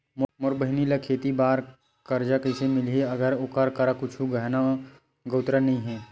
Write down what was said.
मोर बहिनी ला खेती बार कर्जा कइसे मिलहि, अगर ओकर करा कुछु गहना गउतरा नइ हे?